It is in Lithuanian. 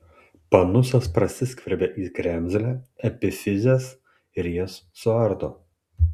panusas prasiskverbia į kremzlę epifizes ir jas suardo